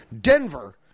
Denver